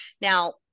now